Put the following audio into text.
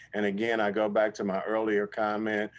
and again, i go back to my earlier comment,